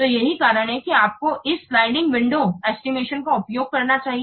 तो यही कारण है कि आपको इस स्लाइडिंग विंडो एस्टिमेशन का उपयोग करना चाहिए